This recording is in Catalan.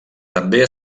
també